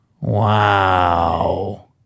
Wow